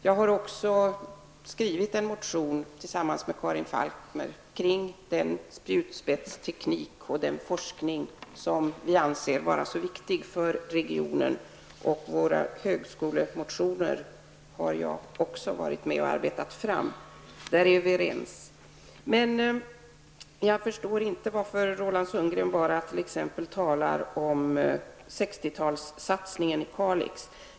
Jag har skrivit en motion tillsammans med Karin Falkmer om spjutspetstekniken och forskningen, som vi anser vara så viktiga för regionen. Vår högskolemotion har jag varit med och arbetat fram. Där är vi överens. Jag förstår inte varför Roland Sundgren bara talar om 60-talssatsningen i Kalix.